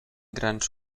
grans